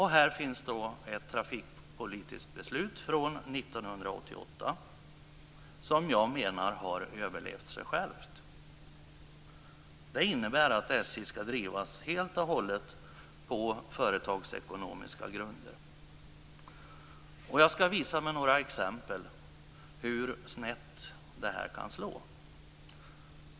Här finns ett trafikpolitiskt beslut från 1988 som jag menar har överlevt sig självt. Det innebär att SJ skall drivas helt och hållet på företagsekonomiska grunder. Jag skall visa med några exempel hur snett det här kan slå.